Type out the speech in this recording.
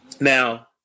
Now